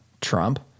Trump